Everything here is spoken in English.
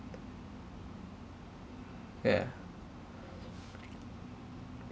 yeah